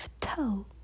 toe